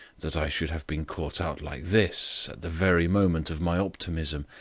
that i should have been caught out like this at the very moment of my optimism.